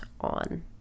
on